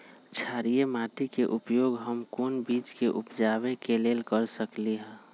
क्षारिये माटी के उपयोग हम कोन बीज के उपजाबे के लेल कर सकली ह?